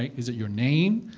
is it your name?